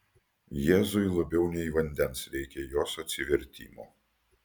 jėzui labiau nei vandens reikia jos atsivertimo